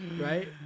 right